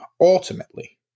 ultimately